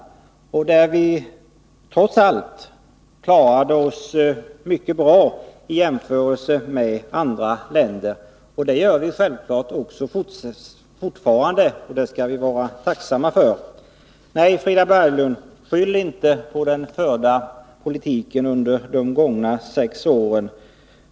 Vi klarade oss trots allt mycket bra i jämförelse med andra länder. Det gör vi självfallet också fortfarande, och det skall vi vara tacksamma för. Nej, Frida Berglund, skyll inte på den politik som förts under de gångna sex åren!